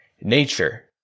nature